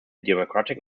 democratic